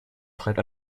treibt